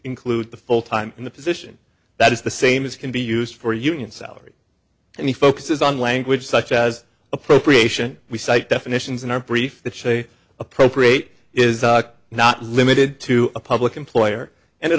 include the full time in the position that is the same as can be used for union salaries and he focuses on language such as appropriation we cite definitions in our brief that say appropriate is not limited to a public employer and it